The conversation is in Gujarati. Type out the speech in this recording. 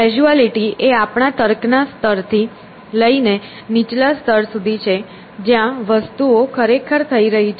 કેઝ્યુઆલિટી એ આપણા તર્કના સ્તરથી લઈને નીચલા સ્તર સુધી છે જ્યાં વસ્તુઓ ખરેખર થઈ રહી છે